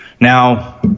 Now